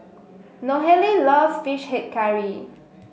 Nohely loves fish head curry